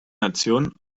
nationen